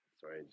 Sorry